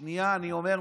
שנייה, אני אומר.